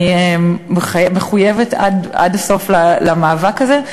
אני מחויבת עד הסוף למאבק הזה.